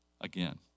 again